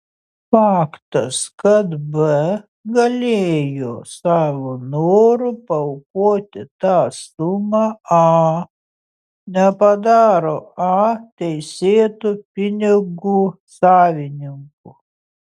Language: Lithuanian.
faktas kad b galėjo savo noru paaukoti tą sumą a nepadaro a teisėtu pinigų savininku